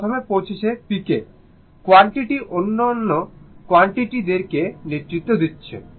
pick প্রথমে পৌঁছাচ্ছে পিকে কোয়ান্টিটি অন্যান্য কোয়ান্টিটি দের কে নেতৃত্ব দিচ্ছে